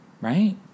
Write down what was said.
right